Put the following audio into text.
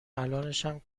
الانشم